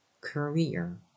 Career